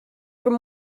from